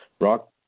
rock